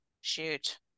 shoot